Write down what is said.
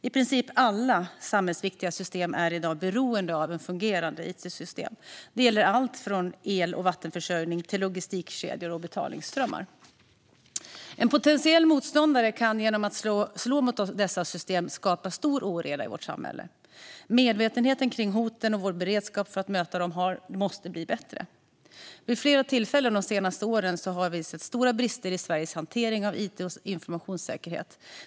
I princip alla samhällsviktiga system är i dag beroende av fungerande it-system. Det gäller allt från el och vattenförsörjning till logistikkedjor och betalningsströmmar. En potentiell motståndare kan genom att slå mot dessa system skapa stor oreda i vårt samhälle. Medvetenheten kring hoten och vår beredskap för att möta dem måste bli bättre. Vid flera tillfällen de senaste åren har vi sett stora brister i Sveriges hantering av it och informationssäkerhet.